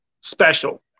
special